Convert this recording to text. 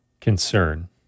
concern